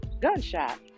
gunshot